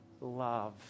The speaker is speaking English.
love